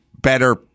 better